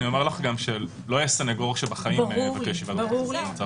יהיה סנגור שיבקש- -- ברור לי.